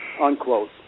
unquote